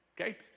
okay